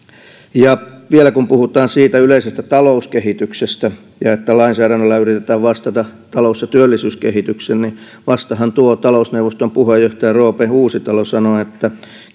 vielä kun puhutaan yleisestä talouskehityksestä ja siitä että lainsäädännöllä yritetään vastata talous ja työllisyyskehitykseen niin vastahan talousneuvoston puheenjohtaja roope uusitalo sanoi että